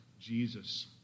Jesus